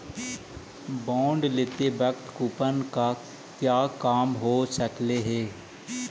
bond लेते वक्त coupon का क्या काम हो सकलई हे